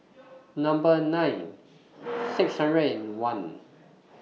Number nine six hundred and one